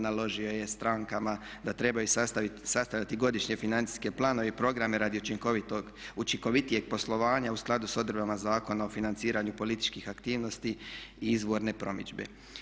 Naložio je strankama da trebaju sastavljati godišnje financijske planove i programe radi učinkovitijeg poslovanja u skladu s odredbama Zakona o financiranju političkih aktivnosti i izborne promidžbe.